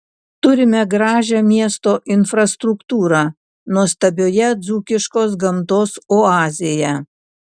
turime gražią miesto infrastruktūrą nuostabioje dzūkiškos gamtos oazėje